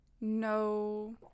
no